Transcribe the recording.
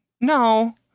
no